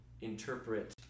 interpret